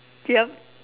ya